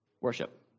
worship